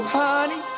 honey